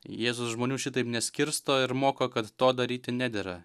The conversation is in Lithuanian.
jėzus žmonių šitaip neskirsto ir moko kad to daryti nedera